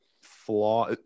flaw